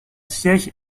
siège